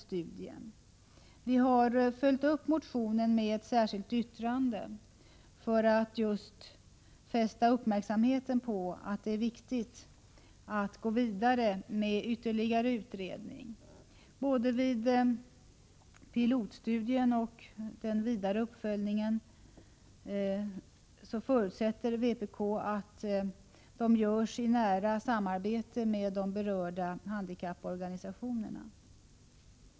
Vi har bara följt upp motionen med ett särskilt yttrande för att fästa uppmärksamheten på att det är viktigt att gå vidare med ytterligare utredning. Vpk förutsätter att både pilotstudien och den vidare uppföljningen av denna görs i nära samarbete med berörda handikapporganisationer.